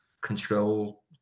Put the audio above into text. control